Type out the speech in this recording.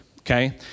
Okay